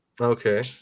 Okay